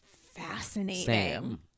fascinating